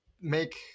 make